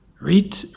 Read